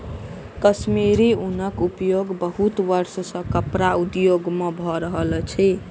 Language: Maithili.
कश्मीरी ऊनक उपयोग बहुत वर्ष सॅ कपड़ा उद्योग में भ रहल अछि